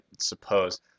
suppose